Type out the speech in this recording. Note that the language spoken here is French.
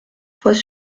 fois